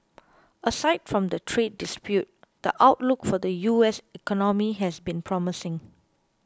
aside from the trade dispute the outlook for the U S economy has been promising